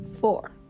Four